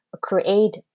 create